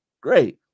Great